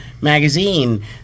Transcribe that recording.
magazine